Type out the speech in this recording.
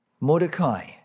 Mordecai